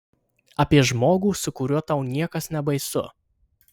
apie žmogų su kuriuo tau niekas nebaisu